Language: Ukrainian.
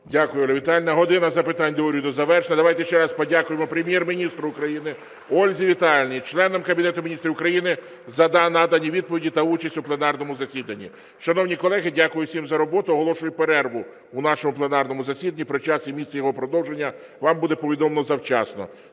Дякую, Ольго Віталіївно. "Година запитань до Уряду" завершена. Давайте ще раз подякуємо Прем'єр-міністру України, Ользі Віталіївні, членам Кабінету Міністрів України за надані відповіді та участь у пленарному засіданні. (Оплески) Шановні колеги, дякую всім за роботу. Оголошую перерву в нашому пленарному засіданні. Про час і місце його продовження вам буде повідомлено завчасно.